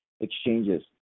exchanges